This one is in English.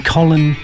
Colin